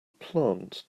plant